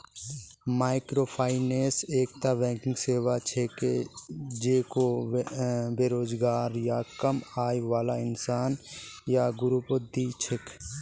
microfinance एकता banking सेवा छिके जेको बेरोजगार या कम आय बाला इंसान या ग्रुपक दी छेक